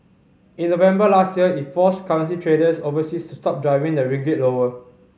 in November last year it forced currency traders overseas to stop driving the ringgit lower